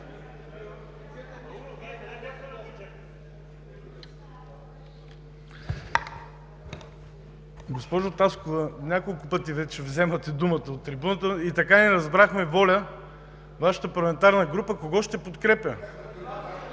Госпожо Таскова, няколко пъти вече взимате думата от трибуната и така и не разбрахме ВОЛЯ – Вашата парламентарна група, кого ще подкрепи.